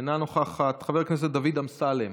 אינה נוכחת, חבר הכנסת דוד אמסלם,